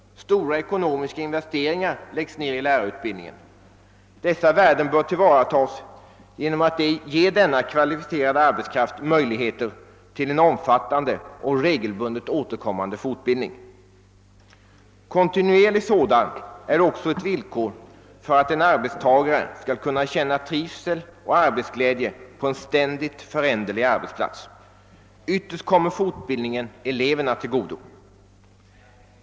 Stora ekonomiska investeringar görs i lärarutbildningen. Dessa värden bör tillvaratas genom att denna kvalificerade arbetskraft ges möjligheter till en omfattande och regelbundet återkommande fortbildning. En kontinuerlig sådan är också ett villkor för att en arbetstagare skall kunna känna trivsel och arbetsglädje på en ständigt föränderlig arbetsplats. Ytterst kommer fortbildningen eleverna till godo.